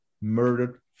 murdered